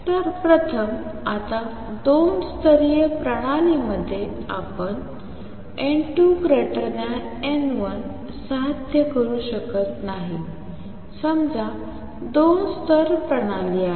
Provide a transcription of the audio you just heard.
तरप्रथम आता दोन स्तरीय प्रणालीमध्ये आपण n2 n1 साध्य करू शकत नाही समजा दोन स्तर प्रणाली आहे